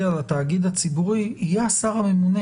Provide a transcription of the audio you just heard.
על התאגיד הציבורי יהיה השר הממונה